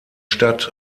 statt